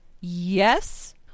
Yes